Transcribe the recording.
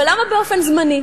אבל למה באופן זמני?